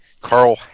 Carl